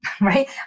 right